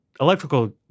electrical